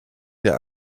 der